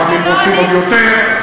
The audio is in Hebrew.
לפעמים רוצים עוד יותר,